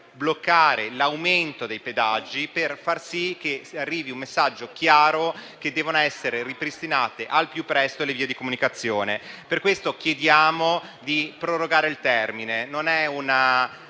bloccando l'aumento dei pedaggi per far sì che arrivi il messaggio chiaro che devono essere ripristinate al più presto le vie di comunicazione. Per questo chiediamo di prorogare il termine